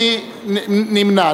מי נמנע?